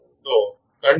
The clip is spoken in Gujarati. તો કંડીશન શું છે